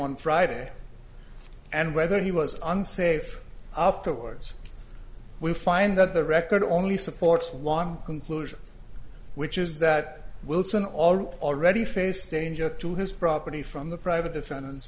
on friday and whether he was unsafe afterwards we find that the record only supports long conclusions which is that wilson already face danger to his property from the private defendant